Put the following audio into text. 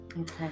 Okay